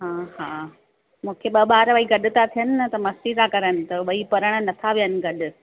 हा हा मुंखे ॿ ॿार वरी गॾु ता थियनि न त मस्ती ता करनि त ॿई पढ़ण नथा विहनि गॾु